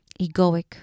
egoic